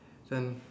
then